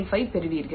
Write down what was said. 5 பெறுவீர்கள்